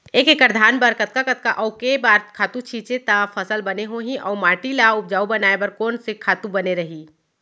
एक एक्कड़ धान बर कतका कतका अऊ के बार खातू छिंचे त फसल बने होही अऊ माटी ल उपजाऊ बनाए बर कोन से खातू बने रही?